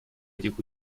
этих